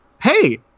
Hey